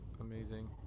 amazing